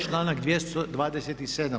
Članak 227.